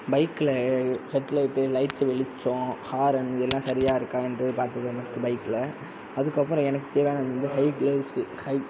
பைக்கில் headlight lights வெளிச்சம் horn எல்லா சரியாக இருக்கான்னு என்றது பார்த்துப்பேன் ஃபர்ஸ்ட் பைக்கில் அதுக்கப்புறம் எனக்கு தேவையானது வந்து கை கிளவுஸ்ஸு கை